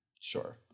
sure